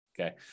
Okay